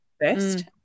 first